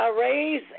raise